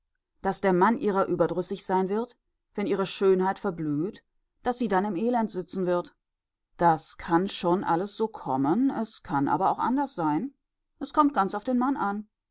daß der mann ihrer überdrüssig sein wird wenn ihre schönheit verblüht daß sie dann im elend sitzen wird das kann schon alles so kommen es kann aber auch anders sein es kommt ganz auf den mann an